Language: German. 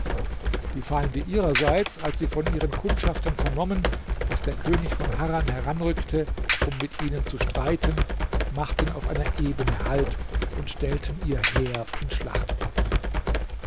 die feinde ihrerseits als sie von ihren kundschaftern vernommen daß der könig von harran heranrückte um mit ihnen zu streiten machten auf einer ebene halt und stellten ihr heer in